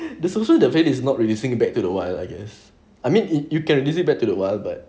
there's also the vail is not releasing back to the wild I guess I mean it you can visit back to the wild but